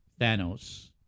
Thanos